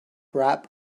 rap